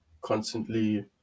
constantly